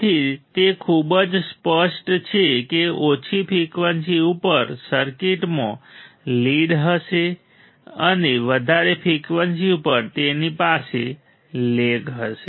તેથી તે ખૂબ જ સ્પષ્ટ છે કે ઓછી ફ્રિકવન્સી ઉપર સર્કિટમાં લીડ હશે અને વધારે ફ્રિકવન્સી ઉપર તેની પાસે લેગ હશે